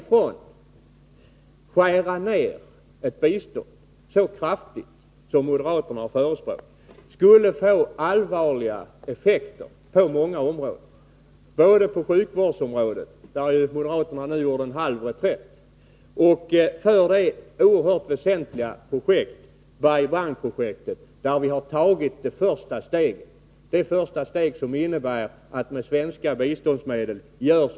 Att skära ned biståndet så kraftigt som moderaterna har föreslagit skulle emellertid få allvarliga konsekvenser på många områden, exempelvis på sjukvårdsområdet, där moderaterna nu har gjort en halv reträtt, och för det oerhört väsentliga Bai Bang-projektet. Där har vi tagit ett första steg mot en mycket stor investering med hjälp av svenska biståndsmedel.